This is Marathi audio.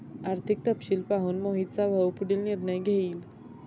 आर्थिक तपशील पाहून मोहितचा भाऊ पुढील निर्णय घेईल